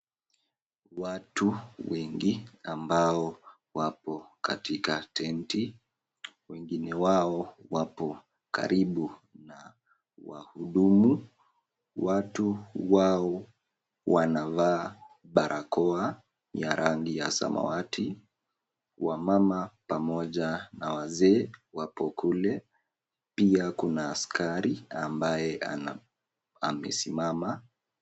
Watu wengi ambao wako katika tenti, wengi wao wako karibu na wahudumu. Watu wao wanavaa barakoa ya rangi ya samawati. Wamama pamoja na wazee wako kule, pia kuna askari ambaye amesimama.